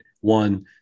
One